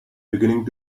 beginning